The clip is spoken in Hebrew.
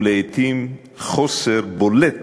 ולעתים בחוסר בולט